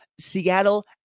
Seattle